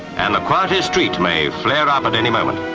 and the quietest street may flare up at any moment.